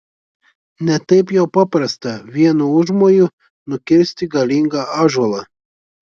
ne taip jau paprasta vienu užmoju nukirsti galingą ąžuolą